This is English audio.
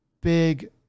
big